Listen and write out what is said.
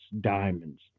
diamonds